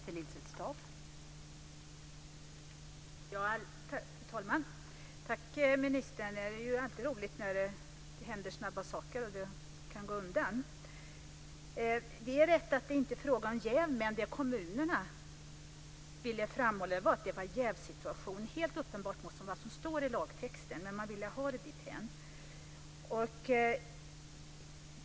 Fru talman! Tack, ministern! Det är alltid roligt när det händer saker snabbt och det kan gå undan! Det är rätt att det inte är fråga om jäv, men det kommunerna ville framhålla var att det var en jävsituation. Detta stred helt uppenbart mot vad som står i lagtexten, men man ville ha det dithän.